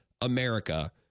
America